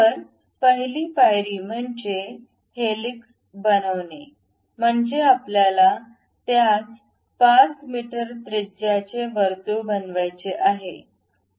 तर पहिली पायरी म्हणजे हेलिक्स बनवणे म्हणजे आपल्याला त्याच 5 मीटर त्रिज्याचे वर्तुळ बनवायचे आहे